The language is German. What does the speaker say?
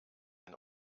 ein